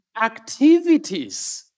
activities